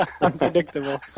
unpredictable